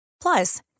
Plus